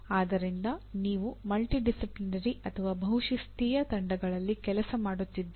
ಆದ್ದರಿಂದ ನೀವು ಮಲ್ಟಿಡಿಸಿಪ್ಲಿನರಿ ತಂಡಗಳಲ್ಲಿ ಕೆಲಸ ಮಾಡುತ್ತಿದ್ದೀರಿ